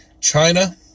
China